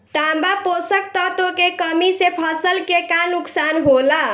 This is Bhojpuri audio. तांबा पोषक तत्व के कमी से फसल के का नुकसान होला?